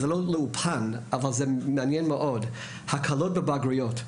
זה לא לאולפן אבל זה מעניין מאוד: הקלות בבגרויות.